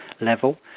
level